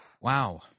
Wow